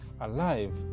alive